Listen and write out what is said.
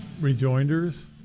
rejoinders